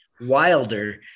wilder